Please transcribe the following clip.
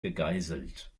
gegeißelt